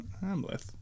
Hamlet